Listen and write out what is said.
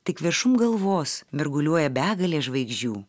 tik viršum galvos mirguliuoja begalė žvaigždžių